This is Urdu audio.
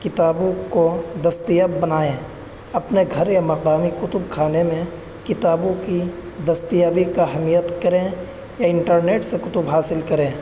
کتابوں کو دستیاب بنائیں اپنے گھر یا مقامی کتب خانے میں کتابوں کی دستیابی کا حمیت کریں یا انٹرنیٹ سے کتب حاصل کریں